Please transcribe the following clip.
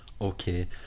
Okay